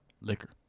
Liquor